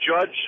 judge